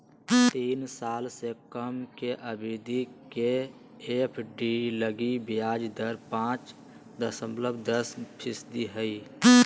तीन साल से कम के अवधि के एफ.डी लगी ब्याज दर पांच दशमलब दस फीसदी हइ